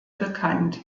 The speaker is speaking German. bekannt